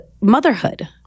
motherhood